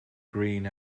green